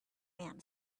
man